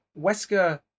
Wesker